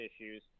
issues